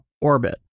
orbit